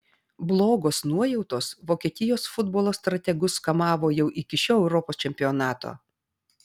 blogos nuojautos vokietijos futbolo strategus kamavo jau iki šio europos čempionato